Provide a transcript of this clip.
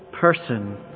person